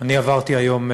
עברתי היום,